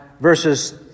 verses